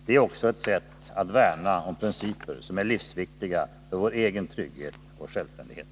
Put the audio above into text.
Det är också ett sätt att värna om principer som är livsviktiga för vår egen trygghet och självständighet.